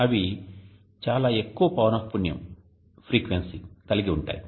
అవి చాలా ఎక్కువ పౌనపున్యం కలిగి ఉంటాయి